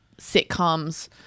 sitcoms